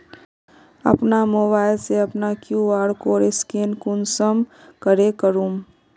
अपना मोबाईल से अपना कियु.आर कोड स्कैन कुंसम करे करूम?